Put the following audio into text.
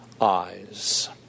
eyes